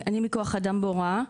אני מכח אדם בהוראה,